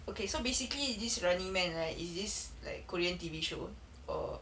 okay so basically this running man right is this like korean T_V show or